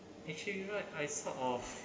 actually right I sort of